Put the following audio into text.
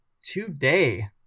today